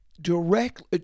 directly